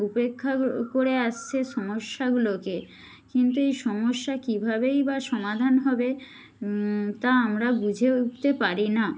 উপেক্ষা করে আসছে সমস্যাগুলোকে কিন্তু এই সমস্যা কীভাবেই বা সমাধান হবে তা আমরা বুঝে উঠতে পারি না